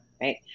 Right